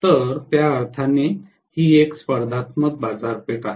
तर त्या अर्थाने ही एक स्पर्धात्मक बाजारपेठ आहे